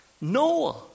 Noah